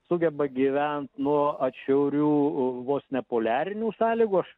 sugeba gyvent nuo atšiaurių vos ne poliarinių sąlygų aš